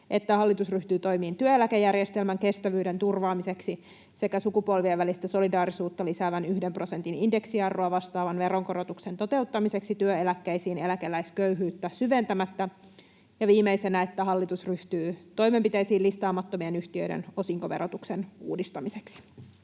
että hallitus ryhtyy toimiin työeläkejärjestelmän kestävyyden turvaamiseksi sekä sukupolvien välistä solidaarisuutta lisäävän yhden prosentin indeksiarvoa vastaavan veronkorotuksen toteuttamiseksi työeläkkeisiin eläkeläisköyhyyttä syventämättä. 8. Eduskunta edellyttää, että hallitus ryhtyy toimenpiteisiin listaamatonten yhtiöiden osinkoverotuksen uudistamiseksi.”